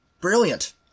brilliant